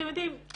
אתם יודעים,